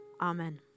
Amen